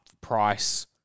price